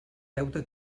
deute